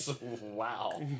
Wow